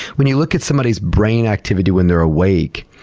when you look at somebody's brain activity when they're awake,